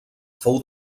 fou